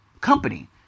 company